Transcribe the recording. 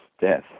death